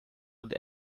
would